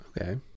Okay